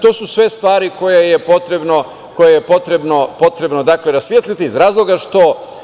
To su sve stvari koje je potrebno rasvetliti iz razloga što…